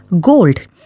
gold